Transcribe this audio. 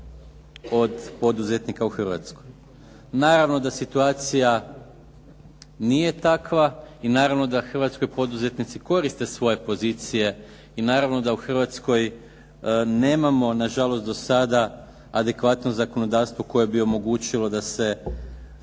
od poduzetnika u Hrvatskoj. Naravno da situacija nije takva i naravno da u Hrvatskoj poduzetnici koriste svoje pozicije i naravno da u Hrvatskoj nemamo na žalost do sada adekvatno zakonodavstvo koje bi omogućilo da se